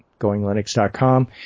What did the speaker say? GoingLinux.com